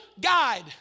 guide